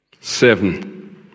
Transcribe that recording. Seven